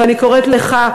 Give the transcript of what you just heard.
ואני קוראת לך,